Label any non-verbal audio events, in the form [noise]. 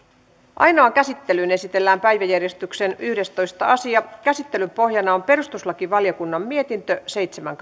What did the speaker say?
ainoaan käsittelyyn esitellään päiväjärjestyksen yhdestoista asia käsittelyn pohjana on perustuslakivaliokunnan mietintö seitsemän [unintelligible]